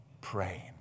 praying